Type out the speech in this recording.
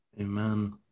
Amen